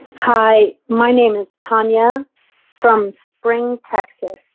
hi. my name is tanya from spring, texas,